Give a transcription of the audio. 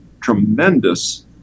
tremendous